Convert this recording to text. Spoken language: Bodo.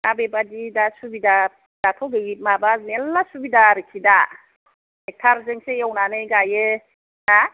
दा बेबादि दा सुबिदा दाथ' गै माबा मेरला सुबिदा आरोखि दा टेक्टारजोंसो एवनानै गायो हा